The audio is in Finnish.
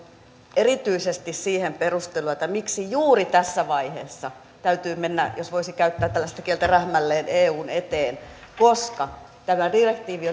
erityisesti siihen perusteluja miksi juuri tässä vaiheessa täytyy mennä jos voisi käyttää tällaista kieltä rähmälleen eun eteen koska tämä direktiivi